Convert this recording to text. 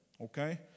Okay